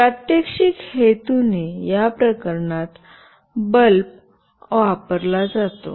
प्रात्यक्षिक हेतूने या प्रकरणात लॅम्प बल्ब वापरला जातो